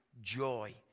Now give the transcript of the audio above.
joy